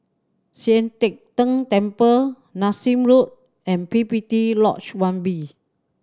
Sian Teck Tng Temple Nassim Road and P P T Lodge One B